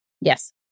Yes